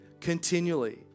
continually